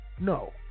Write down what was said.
No